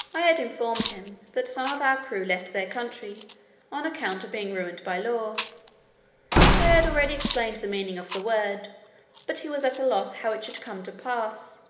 i had informed him, that some of our crew left their country on account of being ruined by law that i had already explained the meaning of the word but he was at a loss how it should come to pass,